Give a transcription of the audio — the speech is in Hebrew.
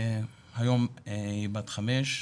היום היא בת חמש,